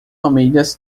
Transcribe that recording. famílias